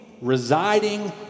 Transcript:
residing